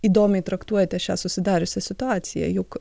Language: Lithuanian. įdomiai traktuojate šią susidariusią situaciją juk